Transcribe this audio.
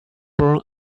born